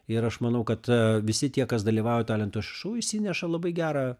ir aš manau kad visi tie kas dalyvauja talentų šou išsineša labai gerą